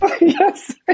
Yes